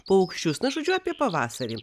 paukščius na žodžiu apie pavasarį